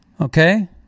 okay